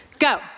Go